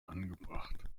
angebracht